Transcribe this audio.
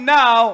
now